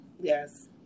yes